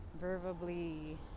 verbally